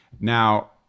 Now